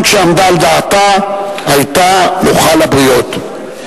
גם כשעמדה על דעתה, היתה נוחה לבריות.